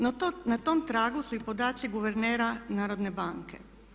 No na tom tragu su i podaci guvernera Narodne banke.